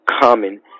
common